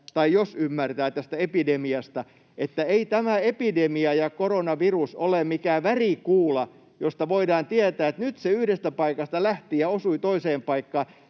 — jos ymmärtää — tästä epidemiasta, että ei tämä epidemia ja koronavirus ole mikään värikuula, josta voidaan tietää, että nyt se yhdestä paikasta lähti ja osui toiseen paikkaan.